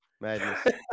Madness